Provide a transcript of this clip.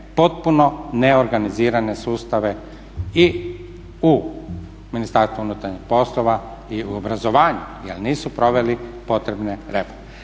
potpuno neorganizirane sustava i u Ministarstvu unutarnjih poslova i u obrazovanju jer nisu proveli potrebne reforme.